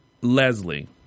Leslie